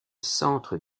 centre